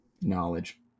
knowledge